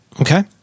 Okay